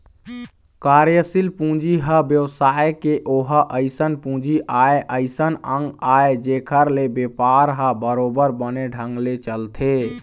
कार्यसील पूंजी ह बेवसाय के ओहा अइसन पूंजी आय अइसन अंग आय जेखर ले बेपार ह बरोबर बने ढंग ले चलथे